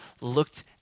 looked